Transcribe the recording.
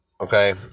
Okay